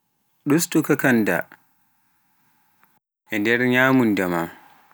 ɗustuu kakaanda e nder nyamunda maa